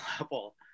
level